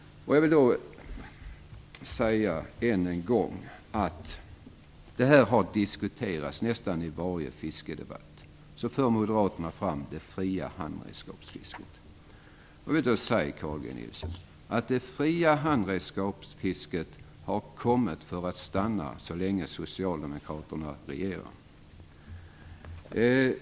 Jag vill än en gång säga att det här har diskuterats förr. I nästan varje fiskedebatt för Moderaterna fram det fria handredskapsfisket. Jag vill säga till Carl G Nilsson att det fria handredskapsfisket har kommit för att stanna så länge Socialdemokraterna regerar.